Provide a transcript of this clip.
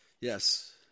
Yes